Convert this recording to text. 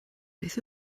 beth